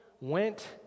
went